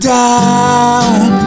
down